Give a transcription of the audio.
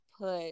put